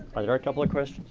a you know couple of questions.